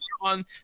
on